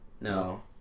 No